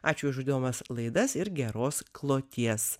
ačiū už įdomias laidas ir geros kloties